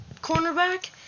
cornerback